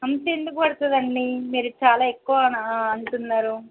అంత ఎందుకు పడతది అండీ మీరు చాలా ఎక్కువనా ఆ అంటున్నారూ